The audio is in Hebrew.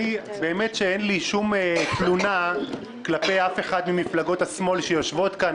באמת שאין לי שום תלונה כלפי אף אחד ממפלגות השמאל שיושבות כאן,